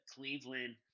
Cleveland